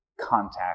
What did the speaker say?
contact